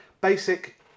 basic